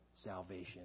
salvation